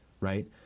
right